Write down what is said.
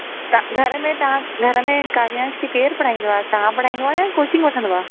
ता घर में तव्हां घर में काव्यांश खे केरु पढ़ाईंदो आहे तव्हां पढ़ाईंदो आहे या कोचिंग वठंदो आहे